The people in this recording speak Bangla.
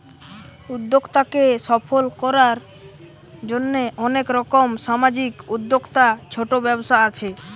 উদ্যোক্তাকে সফল কোরার জন্যে অনেক রকম সামাজিক উদ্যোক্তা, ছোট ব্যবসা আছে